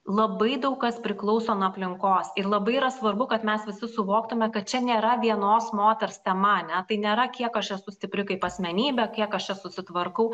labai daug kas priklauso nuo aplinkos ir labai yra svarbu kad mes visi suvoktume kad čia nėra vienos moters tema ane tai nėra kiek aš esu stipri kaip asmenybė kiek aš čia susitvarkau